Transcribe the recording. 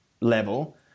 level